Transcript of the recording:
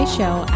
Show